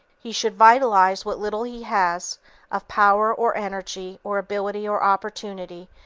he should vitalize what little he has of power or energy or ability or opportunity,